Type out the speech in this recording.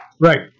Right